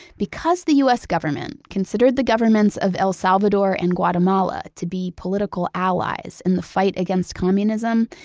because the u s. government considered the governments of el salvador and guatemala to be political allies in the fight against communism,